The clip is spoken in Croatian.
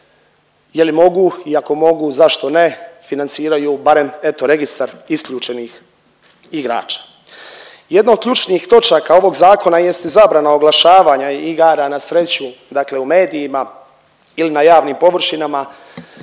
je li mogu i ako mogu zašto ne financiraju, barem, eto registar isključenih igrača. Jedno od ključnih točaka ovog Zakona jest zabrana oglašavanja i igara na sreću dakle u medijima ili na javnim površinama